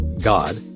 God